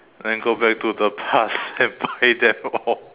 then go back to the past and buy them all